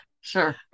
Sure